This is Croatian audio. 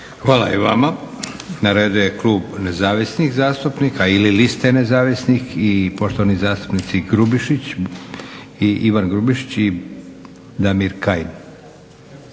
Hvala i vama. Na redu je Klub nezavisnih zastupnika ili liste nezavisnih i poštovani zastupnici Ivan Grubišić i Damir Kajin,